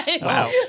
Wow